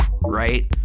right